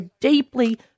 deeply